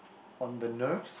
on the nerves